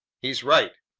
he's right.